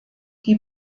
die